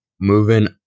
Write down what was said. moving